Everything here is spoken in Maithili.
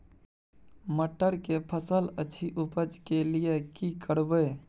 मटर के फसल अछि उपज के लिये की करबै?